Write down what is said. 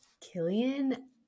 Killian